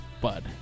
bud